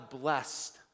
blessed